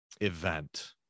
event